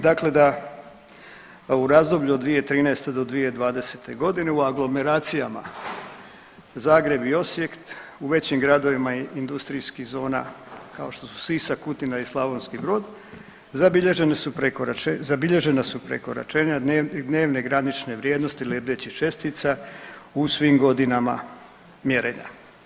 Dakle da, u razdoblju od 2013. do 2020. u aglomeracijama Zagreb i Osijek, u većim gradovima industrijskih zona, kao što su Sisak, Kutina i Slavonski Brod, zabilježenu su .../nerazumljivo/... prekoračenja dnevne granične vrijednosti lebdećih čestica u svim godinama mjerenja.